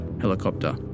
helicopter